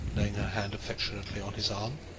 laying her hand affectionately on his arm.